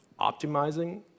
optimizing